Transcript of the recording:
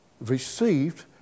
Received